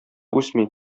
үсми